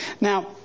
Now